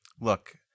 Look